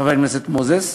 חבר הכנסת מוזס,